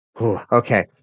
Okay